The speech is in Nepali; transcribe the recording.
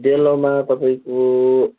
डेलोमा तपाईँको